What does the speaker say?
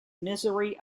misery